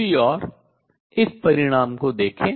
दूसरी ओर इस परिणाम को देखें